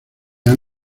han